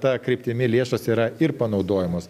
ta kryptimi lėšos yra ir panaudojamos